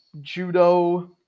judo